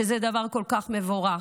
שזה דבר כל כך מבורך?